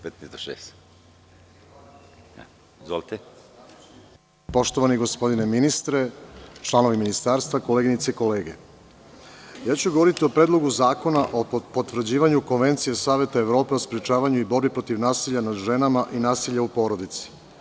Poštovani gospodine ministre, članovi ministarstva, koleginice i kolege, ja ću govoriti o Predlogu zakona o potvrđivanju Konvencije Saveta Evrope o sprečavanju i borbi protiv nasilja nad ženama i nasilja u porodici.